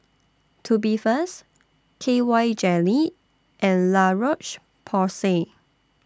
Tubifast K Y Jelly and La Roche Porsay